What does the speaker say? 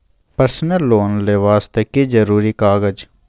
Personal loan ले वास्ते की जरुरी कागज?